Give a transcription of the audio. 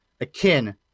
akin